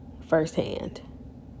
firsthand